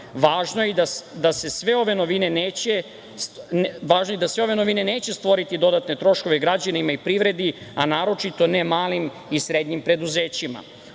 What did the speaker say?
Važno je da sve ove novine neće stvoriti dodatne troškove građanima i privredi, a naročito ne malim i srednjim preduzećima. Ohrabrujuća